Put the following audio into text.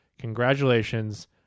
congratulations